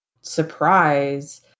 surprise